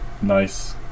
nice